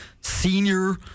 senior